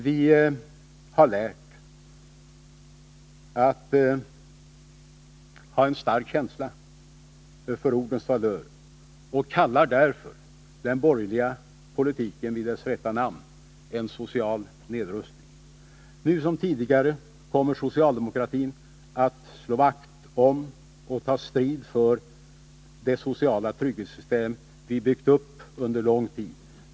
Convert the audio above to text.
Vi socialdemokrater har lärt oss att ha en stark känsla för ordens valör och kallar därför den borgerliga politiken vid dess rätta namn: en social nedrustning. Nu som tidigare kommer socialdemokratin att slå vakt om och ta strid för det sociala trygghetssystem som har byggts upp under lång tid.